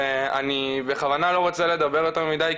ואני בכוונה לא רוצה לדבר יותר מידיי,